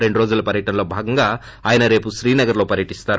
రెండు రోజుల పర్భటనలో భాగంగా ఆయన రేపు శ్రీనగర్ లో పర్వటిస్తారు